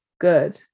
good